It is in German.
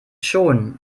schon